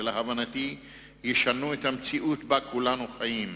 שלהבנתי ישנו את המציאות שכולנו חיים בה.